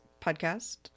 podcast